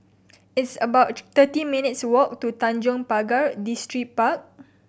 it's about thirty minutes' walk to Tanjong Pagar Distripark